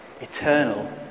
eternal